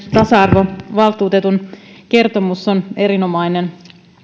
tasa arvovaltuutetun kertomus on samalla erinomainen